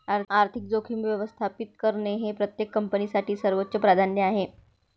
आर्थिक जोखीम व्यवस्थापित करणे हे प्रत्येक कंपनीसाठी सर्वोच्च प्राधान्य आहे